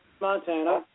Montana